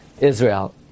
Israel